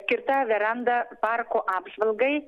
skirta veranda parko apžvalgai